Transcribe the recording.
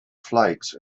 flakes